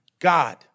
God